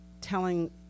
telling